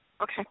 Okay